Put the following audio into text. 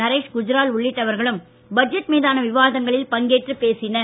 நரேஷ் குஜ்ரால் உள்ளிட்டவர்களும் பட்ஜெட் மீதான விவாதங்களில் பங்கேற்று பேசினர்